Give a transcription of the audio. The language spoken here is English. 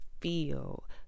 feel